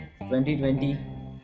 2020